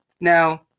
Now